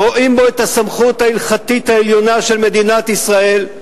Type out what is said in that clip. ורואים בו את הסמכות ההלכתית העליונה של מדינת ישראל,